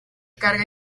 carga